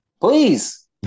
Please